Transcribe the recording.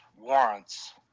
warrants